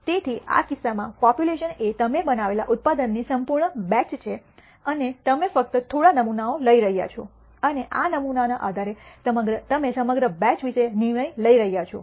તેથી આ કિસ્સામાં પોપ્યુલેશન એ તમે બનાવેલા ઉત્પાદનની સંપૂર્ણ બેચ છે અને તમે ફક્ત થોડા નમૂનાઓ લઈ રહ્યા છો અને આ નમૂનાઓના આધારે તમે સમગ્ર બેચ વિશે નિર્ણય લઈ રહ્યા છો